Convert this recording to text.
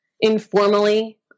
informally